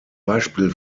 beispiel